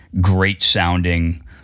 great-sounding